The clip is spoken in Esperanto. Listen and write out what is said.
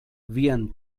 vian